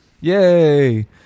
Yay